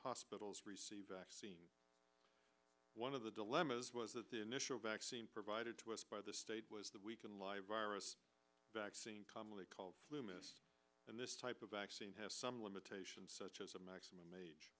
hospitals receive vaccines one of the dilemmas was that the initial vaccine provided to us by the state was that we can live virus vaccine commonly called flu mist and this type of vaccine has some limitations such as a maximum age